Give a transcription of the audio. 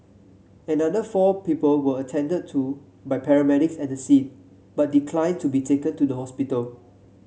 another four people were attended to by paramedics at the scene but declined to be taken to the hospital